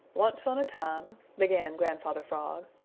once on a time, began grandfather frog,